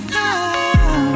now